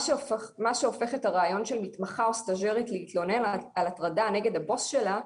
מה שהופך את הרעיון של מתמחה או סטז'רית להתלונן על הטרדה נגד הבוס שלה,